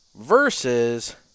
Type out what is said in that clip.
versus